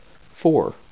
Four